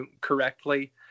correctly